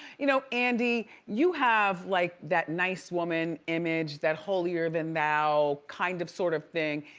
you know andie, you have like that nice woman image that holier than thou kind of sort of thing.